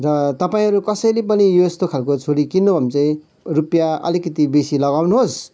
र तपाईँहरू कसैले पनि यो यस्तो खालको छुरी किन्नु भयो भने चाहिँ रूपियाँ अलिकति बेसी लगाउनुहोस्